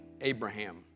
Abraham